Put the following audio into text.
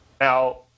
Now